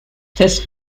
this